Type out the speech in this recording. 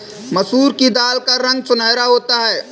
मसूर की दाल का रंग सुनहरा होता है